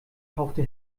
kaufte